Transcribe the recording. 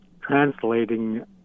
translating